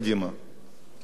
אני עכשיו שואל את עצמי,